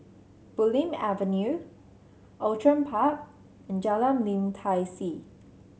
Bulim Avenue Outram Park and Jalan Lim Tai See